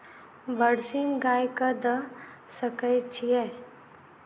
बरसीम गाय कऽ दऽ सकय छीयै?